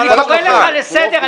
אני קורא לך לסדר.